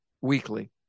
weekly